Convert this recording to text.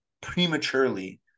prematurely